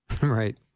Right